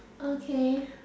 okay